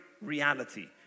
reality